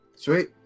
Sweet